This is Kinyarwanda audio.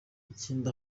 ikindi